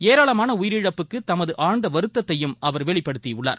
ஏராளமானஉயிரிழப்புக்குதமதுஆழ்ந்தவருத்தத்தையும் அவர் வெளிப்படுத்தியுள்ளார்